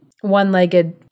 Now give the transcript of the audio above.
one-legged